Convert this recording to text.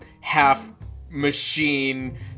half-machine